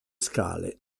scale